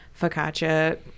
focaccia